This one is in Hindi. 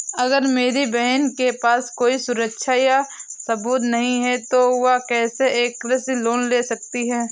अगर मेरी बहन के पास कोई सुरक्षा या सबूत नहीं है, तो वह कैसे एक कृषि लोन ले सकती है?